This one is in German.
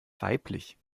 weiblich